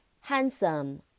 handsome